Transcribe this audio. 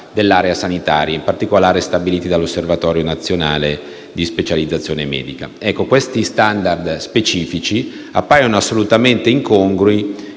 dell'area sanitaria, in particolare stabiliti dall'Osservatorio nazionale di specializzazione medica. Questi *standard* specifici appaiono assolutamente incongrui